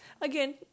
again